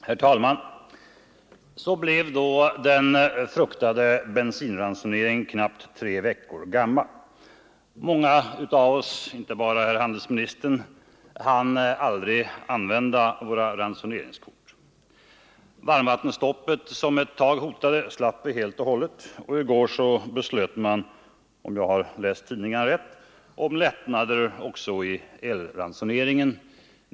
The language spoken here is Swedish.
Herr talman! Så blev då den fruktade bensinransoneringen knappt tre veckor gammal. Många av oss, inte bara herr handelsministern, hann aldrig använda ransoneringskortet. Varmvattensstoppet, som ett tag hotade, slapp vi helt och hållet. I går beslöt man, om jag läst tidningarna rätt, om lättnader i elransoneringen.